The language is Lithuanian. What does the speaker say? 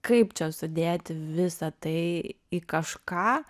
kaip čia sudėti visa tai į kažką